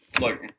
look